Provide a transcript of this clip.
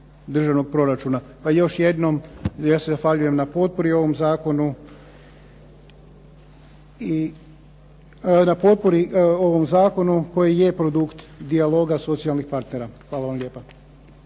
državnog proračuna. Pa još jednom, ja se zahvaljujem na potpori ovom zakonu koji je produkt dijaloga socijalnih partnera. Hvala vam lijepo.